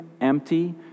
empty